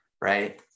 Right